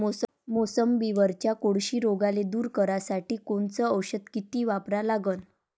मोसंबीवरच्या कोळशी रोगाले दूर करासाठी कोनचं औषध किती वापरा लागन?